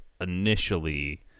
initially